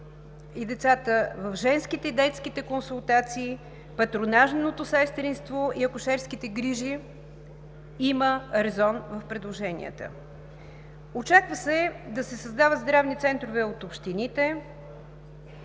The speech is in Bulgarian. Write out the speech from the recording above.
и децата в женските и детските консултации, патронажното сестринство и акушерските грижи, има резон в предложенията. Очаква се да се създават здравни центрове от общините